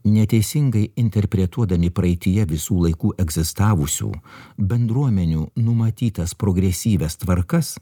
neteisingai interpretuodami praeityje visų laikų egzistavusių bendruomenių numatytas progresyvias tvarkas